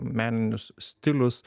meninius stilius